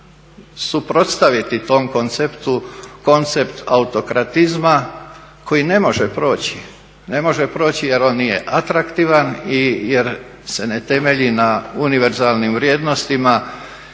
suprotstaviti tom konceptu koncept autokratizma koji ne može proći, ne može proći jer on nije atraktivan i jer se ne temelji na univerzalnim vrijednostima,